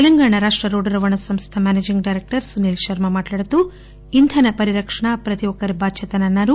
తెలంగాణ రాష్ట రోడ్డు రవాణ సంస్ద మేనేజింగ్ డైరెక్టర్ సునీల్ శర్మ మాట్లాడుతూ ఇంధన పరిరక్షణ ప్రతి ఒక్కరి బాధ్యత అని అన్నారు